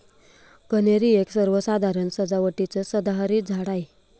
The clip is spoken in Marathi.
कन्हेरी एक सर्वसाधारण सजावटीचं सदाहरित झाड आहे